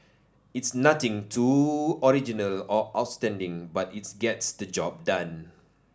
it's nothing too original or outstanding but it gets the job done